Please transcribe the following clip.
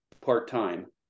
part-time